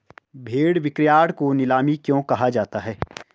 भेड़ बिक्रीयार्ड को नीलामी क्यों कहा जाता है?